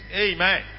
Amen